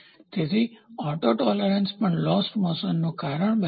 તેથી આટોલેરન્સસહિષ્ણુતા પણ લોસ્ટ મોશનનું કારણ બને છે